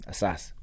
Asas